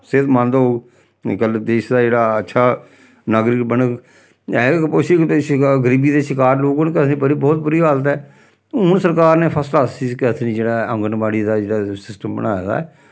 सेह्तमंद होग ते कल्ल देस दे जेह्ड़ा अच्छा नागरिक बनग है गै कपोशक ते शकार गरीबी दे शकार लोक न केह् आखदे नी ब्हौत बुरी हालत ऐ हून सरकार ने फस्सक्लास इस्सी केह् आखदे नी जेह्ड़ा एह् आंगनबाड़ी दा जेह्ड़ा सिस्टम बनाए दा ऐ